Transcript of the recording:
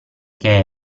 che